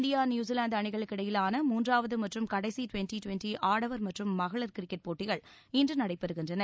India New Zealand அணிகளுக்கிடையிவான மூன்றாவது மற்றும் கடைசி டுவெண்டி டுவெண்டி ஆடவர் மற்றும் மகளிர் கிரிக்கெட் போட்டிகள் இன்று நடைபெறுகின்றன